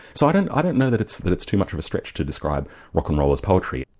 so i don't i don't know that it's that it's too much of a stretch to describe rock'n'roll as poetry.